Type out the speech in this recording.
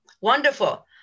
wonderful